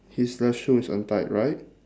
his left shoe is untied right